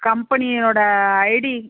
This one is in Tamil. கம்பெனியோடய ஐடி